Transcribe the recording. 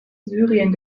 syrien